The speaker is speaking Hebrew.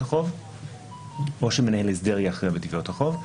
החוב או שמנהל הסדר יכריע בתביעות החוב.